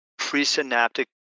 presynaptic